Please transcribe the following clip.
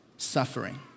suffering